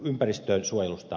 puhemies